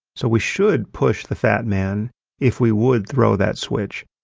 so we should push the fat man if we would throw that switch.